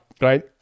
right